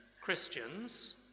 Christians